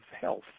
health